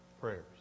prayers